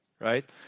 right